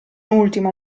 ultimo